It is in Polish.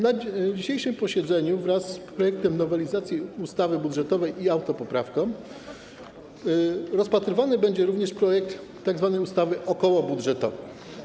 Na dzisiejszym posiedzeniu wraz z projektem nowelizacji ustawy budżetowej i autopoprawką rozpatrywany będzie również projekt tzw. ustawy okołobudżetowej.